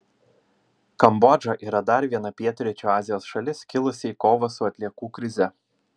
kambodža yra dar viena pietryčių azijos šalis kilusi į kovą su atliekų krize